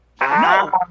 no